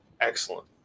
excellent